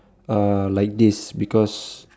uh like this because